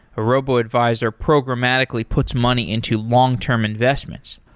a robo-advisor programmatically puts money into long-term investments.